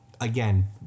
again